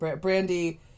Brandy